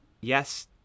Yes